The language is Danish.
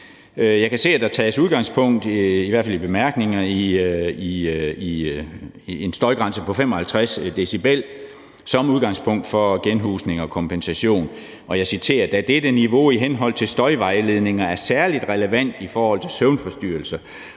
i hvert fald i bemærkningerne, i en støjgrænse 55 dB som udgangspunkt for genhusning og kompensation, og jeg citerer, »da dette niveau i henhold til støjvejledninger er særligt relevant i forhold til søvnforstyrrelser«.